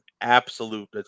absolute